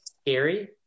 scary